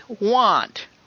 want